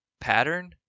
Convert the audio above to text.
pattern